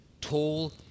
Tall